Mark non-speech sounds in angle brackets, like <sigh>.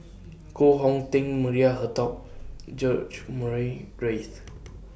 <noise> Koh Hong Teng Maria Herto George Murray Reith